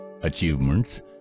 achievements